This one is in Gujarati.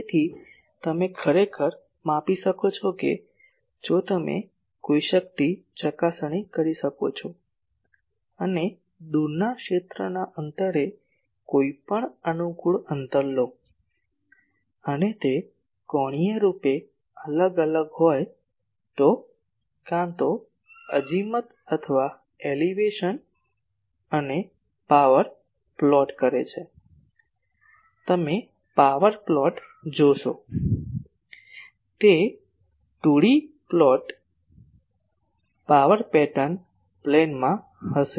તેથી તમે ખરેખર માપી શકો છો જો તમે કોઈ શક્તિ ચકાસણી કરો છો અને દૂરના ક્ષેત્રના અંતરે કોઈપણ અનુકૂળ અંતર લો અને તે કોણીય રૂપે અલગ અલગ હોય તો કાં તો અઝીમથ અથવા એલિવેશન અને પાવર પ્લોટ કરે છે તમે પાવર પ્લોટ જોશો તે 2 D પાવર પેટર્ન પ્લેનમાં હશે